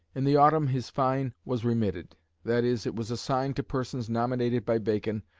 in the autumn his fine was remitted that is, it was assigned to persons nominated by bacon,